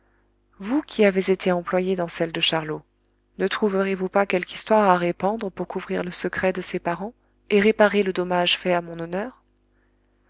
vous qui avez été employé dans celles de charlot ne trouverez-vous pas quelque histoire à répandre pour couvrir le secret de ses parents et réparer le dommage fait à mon honneur